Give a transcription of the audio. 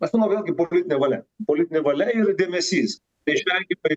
aš manau vėlgi politinė valia politinė valia ir dėmesys neišvengiamai